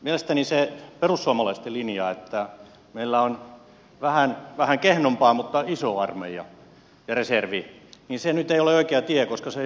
mielestäni se perussuomalaisten linja että meillä on vähän kehnompi mutta iso armeija ja reservi nyt ei ole oikea tie koska se ei ole uskottavaa